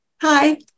Hi